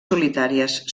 solitàries